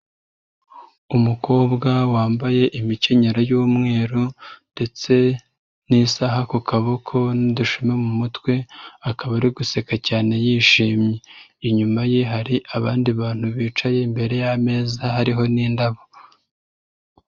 Umukobwa wambaye imikenyero y'umweru ndetse n'isaha ku kaboko n'udushuma mu mutwe, akaba ari guseka cyane yishimye. Inyuma ye hari abandi bantu bicaye imbere y'ameza hariho n'indabo.